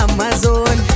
Amazon